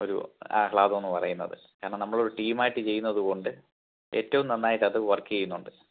ഒരു ആഹ്ളാദം എന്നു പറയുന്നത് കാരണം നമ്മളൊരു ടീമായിട്ട് ചെയ്യുന്നതുകൊണ്ട് ഏറ്റവും നന്നായിട്ടത് വർക്ക് ചെയ്യുന്നുണ്ട്